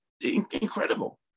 incredible